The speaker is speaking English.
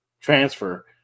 transfer